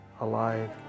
alive